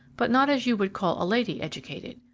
but not as you would call a lady educated.